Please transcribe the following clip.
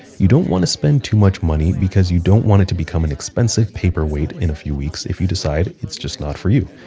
you don't wanna spend too much money, because you don't want it to become an expensive paperweight in a few weeks if you decide it's just not for you.